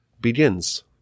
begins